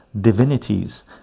divinities